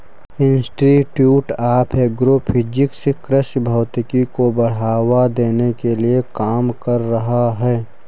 institute of agro physics कृषि भौतिकी को बढ़ावा देने के लिए काम कर रहा है